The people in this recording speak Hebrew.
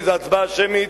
כי ההצבעה שמית.